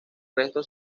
restos